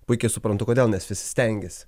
puikiai suprantu kodėl nes visi stengiasi